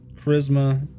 Charisma